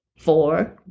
four